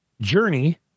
Journey